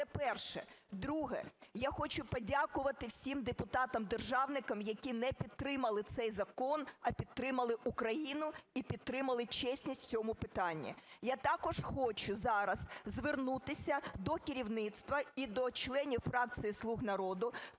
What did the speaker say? Це перше. Друге. Я хочу подякувати всім депутатам-державникам, які не підтримали цей закон, а підтримали Україну і підтримали чесність в цьому питанні. Я також хочу зараз звернутися до керівництва і до членів фракції "Слуг народу"